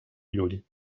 llull